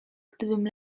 gdybym